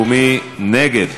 מי נגד?